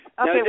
Okay